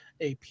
AP